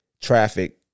traffic